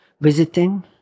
visiting